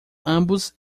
ambos